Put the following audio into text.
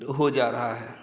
हो जा रहा है